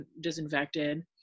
disinfected